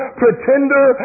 pretender